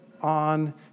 on